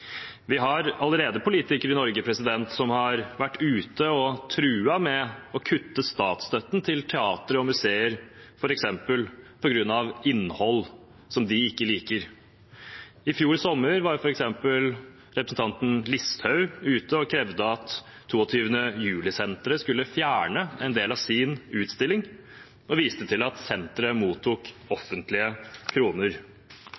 Vi har allerede politikere i Norge som har vært ute og truet med å kutte statsstøtten til teatre og museer på grunn av innhold de ikke liker. I fjor sommer var f.eks. representanten Sylvi Listhaug ute og krevde at 22. juli-senteret skulle fjerne en del av sin utstilling, og viste til at senteret mottok